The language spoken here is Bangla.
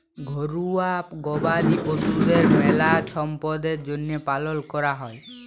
ঘরুয়া গবাদি পশুদের মেলা ছম্পদের জ্যনহে পালন ক্যরা হয়